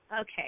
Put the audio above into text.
Okay